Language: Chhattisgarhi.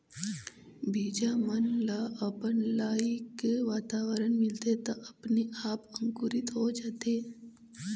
बीजा मन ल अपन लइक वातावरन मिलथे त अपने आप अंकुरित हो जाथे